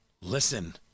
Listen